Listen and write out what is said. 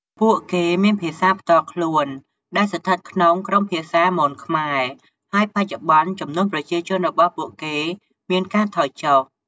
ពួកគេមានភាសាផ្ទាល់ខ្លួនដែលស្ថិតក្នុងក្រុមភាសាមន-ខ្មែរ ហើយបច្ចុប្បន្នចំនួនប្រជាជនរបស់ពួកគេមានការថយចុះ។